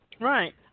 Right